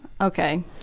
Okay